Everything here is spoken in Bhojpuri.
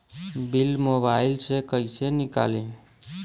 बिल मोबाइल से कईसे निकाली?